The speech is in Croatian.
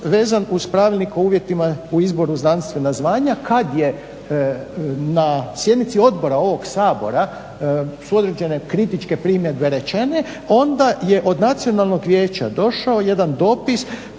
vezan uz Pravilnik o uvjetima o izboru u znanstvena zvanja kada je na sjednici odbora ovog Sabora su određene kritičke primjedbe rečene onda je od nacionalnog vijeća došao jedan dopis